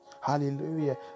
Hallelujah